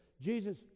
Jesus